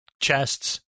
chests